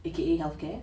A_K_A healthcare